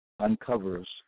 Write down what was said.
uncovers